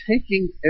taking